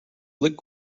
looked